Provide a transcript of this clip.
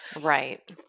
Right